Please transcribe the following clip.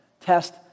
test